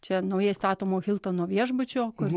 čia naujai statomo hiltono viešbučio kur